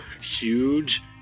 huge